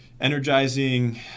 energizing